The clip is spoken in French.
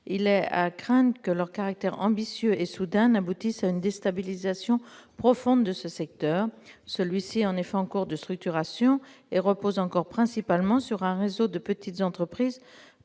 il est à craindre que leur caractère ambitieux et soudain n'aboutisse à une déstabilisation profonde de ce secteur. Celui-ci est, en effet, en cours de structuration et repose encore principalement sur un réseau de petites entreprises